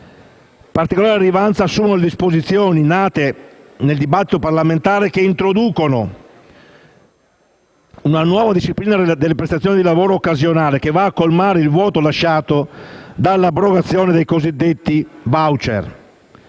particolare rilevanza assumono le disposizioni nate nel dibattito parlamentare che introducono una nuova disciplina delle prestazioni di lavoro occasionale che va a colmare il vuoto lasciato dall'abrogazione della disciplina